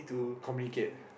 communicate